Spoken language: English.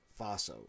Faso